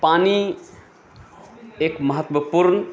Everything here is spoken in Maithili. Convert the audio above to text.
पानी एक महत्वपूर्ण